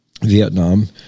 Vietnam